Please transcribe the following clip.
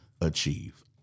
achieve